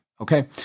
okay